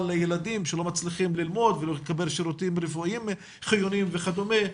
לילדים שלא מצליחים ללמוד ולקבל שירותים רפואיים חיוניים וכדומה.